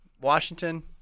Washington